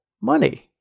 money